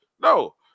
No